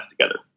together